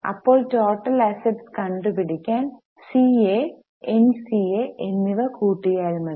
അപ്പോൾ total assets കണ്ടു പിടിക്കാൻ C A N C A എന്നിവ കൂട്ടിയാൽ മതി